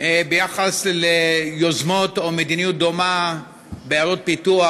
ביחס ליוזמות או למדיניות דומה בעיירות פיתוח,